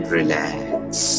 Relax